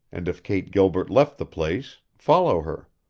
and if kate gilbert left the place follow her.